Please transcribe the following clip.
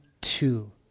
two